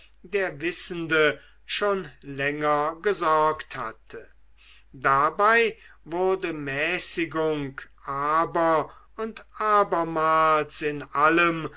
der wissende schon länger gesorgt hatte dabei wurde mäßigung aber und abermals in allem